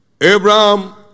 Abraham